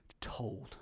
told